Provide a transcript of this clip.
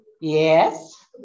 Yes